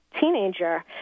teenager